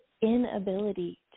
inability